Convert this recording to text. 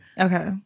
Okay